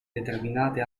determinate